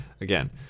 again